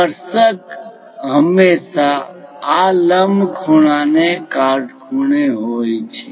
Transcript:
સ્પર્શક હંમેશાં આ લંબને કાટખૂણે હોય છે